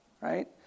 right